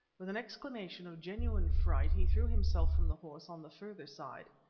with an exclamation of genuine fright he threw himself from the horse on the further side,